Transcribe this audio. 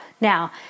Now